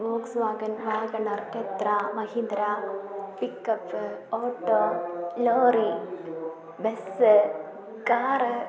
Woakes Wagen WagonR കെത്ര Mahindra pickup auto lorry bus car